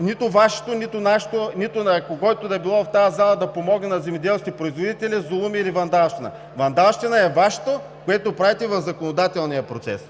нито Вашето, нито нашето, нито на когото и да било в тази зала, да помогне на земеделските производители зулуми или вандалщина. Вандалщина е Вашето, което правите в законодателния процес!